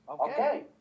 Okay